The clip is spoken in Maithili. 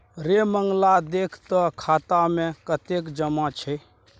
रे मंगला देख तँ खाता मे कतेक जमा छै